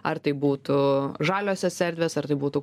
ar tai būtų žaliosios erdvės ar tai būtų